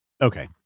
Okay